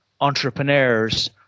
entrepreneurs